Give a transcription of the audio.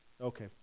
Okay